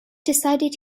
decided